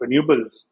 renewables